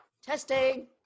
Testing